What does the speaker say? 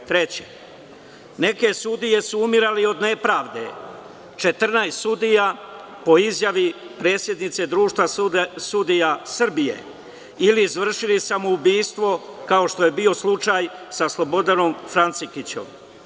Treće, neke sudije su umirale i od nepravde, 14 sudija, po izjavi predsednice Društva sudija Srbije, ili izvršili samoubistvo, kao što je bio slučaju sa Slobodanom Francikićem.